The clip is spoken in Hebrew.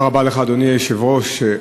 אדוני היושב-ראש,